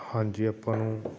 ਹਾਂਜੀ ਆਪਾਂ ਨੂੰ